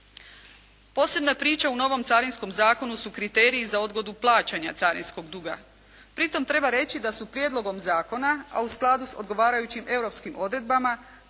Posebna priča u novom Carinskom zakonu su kriteriji za odgodu plaćanja carinskog duga. Pri tom treba reći da su prijedlogom zakona, a u skladu s odgovarajućim europskim odredbama